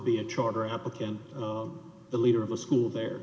be a charter applicant the leader of a school there